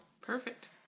Perfect